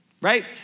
right